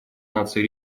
наций